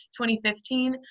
2015